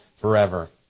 forever